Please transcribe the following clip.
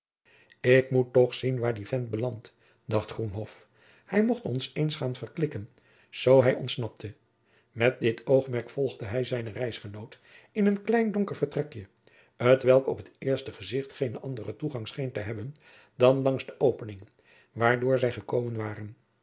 ik moet toch zien waar die vent belandt dacht groenhof hij mocht ons eens gaan verklikken zoo hij ontsnapte met dit oogmerk volgde hij zijnen reisgenoot in een klein donker vertrekje t welk op het eerste gezicht geenen anderen toegang scheen te hebben dan langs de opening waardoor zij gekomen waren